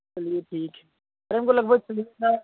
चलिए ठीक है अरे हमको लगभग